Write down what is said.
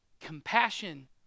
compassion